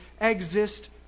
exist